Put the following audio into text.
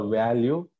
value